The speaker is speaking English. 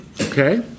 Okay